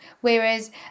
Whereas